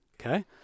Okay